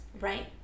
Right